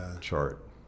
chart